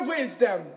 Wisdom